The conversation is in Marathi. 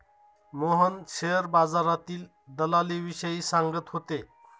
मोहन शेअर बाजारातील दलालीविषयी सांगत होते